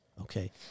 Okay